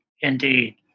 indeed